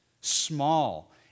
small